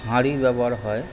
হাঁড়ির ব্যবহার হয়